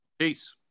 Peace